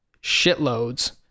shitloads